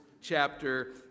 chapter